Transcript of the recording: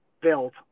built